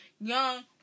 young